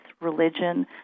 religion